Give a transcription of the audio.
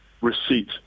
receipt